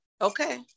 Okay